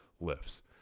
lifts